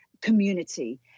community